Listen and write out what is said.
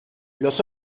los